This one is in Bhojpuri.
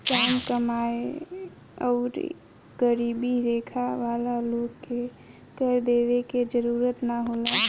काम कमाएं आउर गरीबी रेखा वाला लोग के कर देवे के जरूरत ना होला